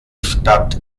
stadt